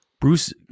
Bruce